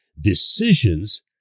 decisions